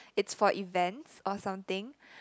it's for events or something